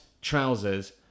trousers